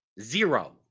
zero